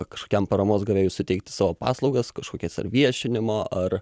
kažkokiam paramos gavėjui suteikti savo paslaugas kažkokias ar viešinimo ar